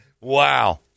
Wow